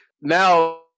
Now